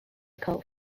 cult